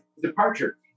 departure